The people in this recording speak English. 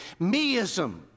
meism